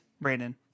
Brandon